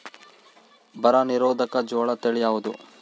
ಬರ ನಿರೋಧಕ ಜೋಳ ತಳಿ ಯಾವುದು?